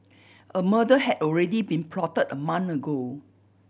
a murder had already been plotted a month ago